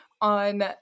On